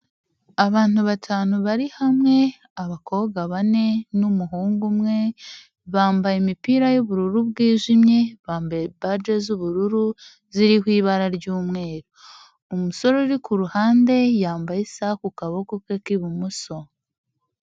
Abantu batanu bari hamwe, abakobwa bane n'umuhungu umwe, bambaye imipira y'ubururu bwijimye, bambaye baje z'ubururu ziri mu ibara ry'umweru. Umusore uri ku ruhande yambaye isaha ku kaboko ke k'ibumoso.